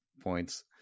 points